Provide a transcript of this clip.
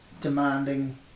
demanding